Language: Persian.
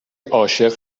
عاشق